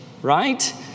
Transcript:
right